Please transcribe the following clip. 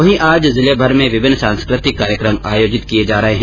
वहीं आज जिलेभर में विभिन्न सांस्कृतिक कार्यक्रम आयोजित किए जा रहे है